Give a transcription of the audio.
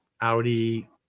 Audi